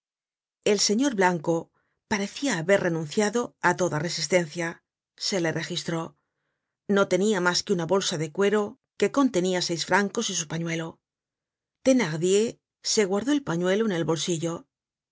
el señor blanco parecia haber renunciado á toda resistencia se le registró no tenia mas que una bolsa de cuero que contenia seis francos y su pañuelo thenardier se guardó el pañuelo en el bolsillo